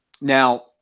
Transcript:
Now